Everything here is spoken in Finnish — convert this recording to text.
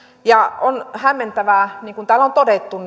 on hämmentävää niin kuin täällä on todettu